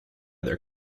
their